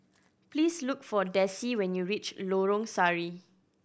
please look for Dessie when you reach Lorong Sari